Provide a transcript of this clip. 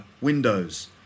windows